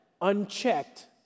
unchecked